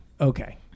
Okay